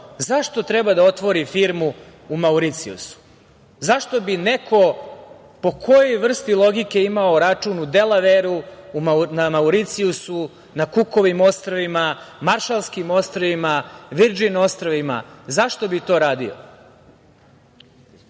zašto treba da otvori firmu na Mauricijusu? Zašto bi neko, po kojoj vrsti logike, imao račun u Delaveru, na Mauricijusu, na Kukovim ostrvima, Maršalskim ostrvima, Virdžin ostrvima, zašto bi to